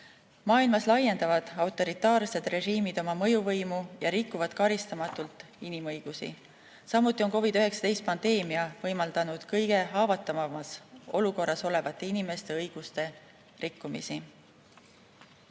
Maailmas laiendavad autoritaarsed režiimid oma mõjuvõimu ja rikuvad karistamatult inimõigusi. Samuti on COVID‑19 pandeemia võimaldanud kõige haavatavamas olukorras olevate inimeste õiguste rikkumisi.